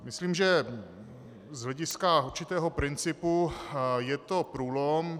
Myslím, že z hlediska určitého principu je to průlom.